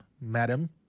madam